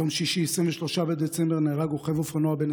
ביום שישי 23 בדצמבר נהרג רוכב אופנוע בן